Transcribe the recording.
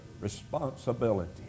responsibility